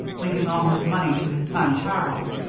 leaving all his money to his son charles,